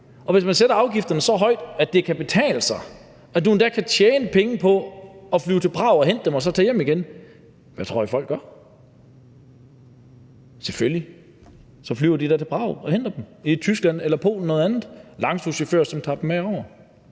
Hvis man sætter afgifterne så højt, at det kan betale sig og du endda kan tjene penge på at flyve til Prag og hente dem og så tage hjem igen, hvad tror I så folk gør? Selvfølgelig flyver de da til Prag og henter dem – eller Tyskland eller Polen eller noget andet. Der er langturschauffører, som tager dem med over.